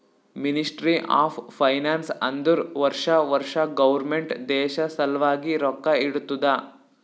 ministry of finance ಅಂದುರ್ ವರ್ಷಾ ವರ್ಷಾ ಗೌರ್ಮೆಂಟ್ ದೇಶ ಸಲ್ವಾಗಿ ರೊಕ್ಕಾ ಇಡ್ತುದ